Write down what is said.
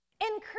Increase